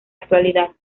actualidad